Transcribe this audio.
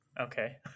Okay